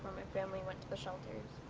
family went to the shelters.